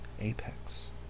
apex